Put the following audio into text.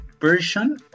version